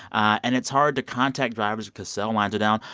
and it's hard to contact drivers because cell lines are down.